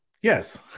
Yes